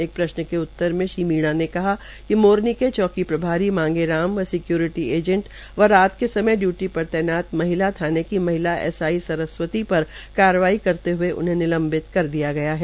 एक प्रश्न के उतर में श्री मीणा ने कहा कि मोरनी के चौकी प्रभारी मांगे राम व सिक्योरिटी एजेंट व रात के समय डयूटी पर तैनात माहिला एस आई सरस्वती पर कार्रवाई करते हुए उन्हें निलंवित कर दिया गया है